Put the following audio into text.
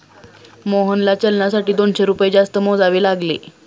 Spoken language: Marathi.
मोहनला चलनासाठी दोनशे रुपये जास्त मोजावे लागले